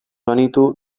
banitu